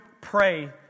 pray